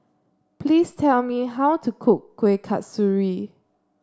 please tell me how to cook Kueh Kasturi